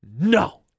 No